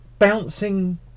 bouncing